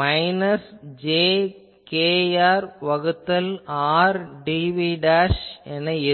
minus j kR வகுத்தல் R dv என இருக்கும்